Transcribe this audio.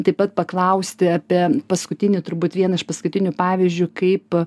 taip pat paklausti apie paskutinį turbūt vieną iš paskutinių pavyzdžių kaip